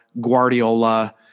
Guardiola